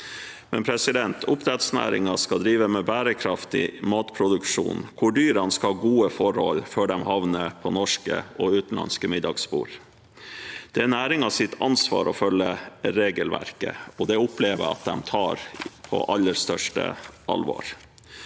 i sjøfasen. Oppdrettsnæringen skal drive med bærekraftig matproduksjon, hvor dyrene skal ha gode forhold før de havner på norske og utenlandske middagsbord. Det er næringens ansvar å følge regelverket, og det opplever jeg at de tar på aller største alvor.